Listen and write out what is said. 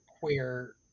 where-